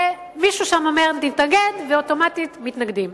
ומישהו אומר נתנגד ואוטומטית מתנגדים.